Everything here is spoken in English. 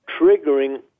triggering